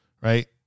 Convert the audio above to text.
right